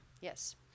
yes